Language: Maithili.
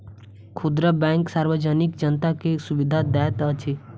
खुदरा बैंक सार्वजनिक जनता के सुविधा दैत अछि